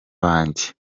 banjye